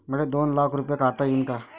मले दोन लाख रूपे काढता येईन काय?